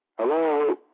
Hello